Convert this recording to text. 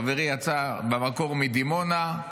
חברי יצא במקור מדימונה,